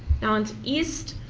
now onto east,